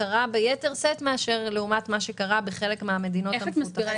והוא קרה ביתר שאת לעומת מה שקרה בחלק מן המדינות המפותחות.